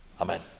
Amen